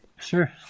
Sure